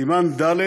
סימן ד',